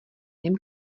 něm